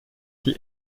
die